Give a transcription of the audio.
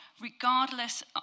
regardless